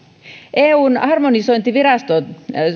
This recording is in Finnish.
eun harmonisointivirasto